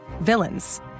villains